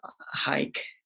hike